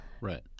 Right